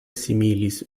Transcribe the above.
similis